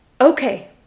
Okay